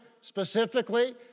specifically